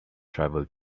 tribal